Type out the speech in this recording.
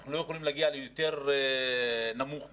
אנחנו לא יכולים להגיע יותר נמוך מזה.